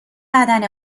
بدن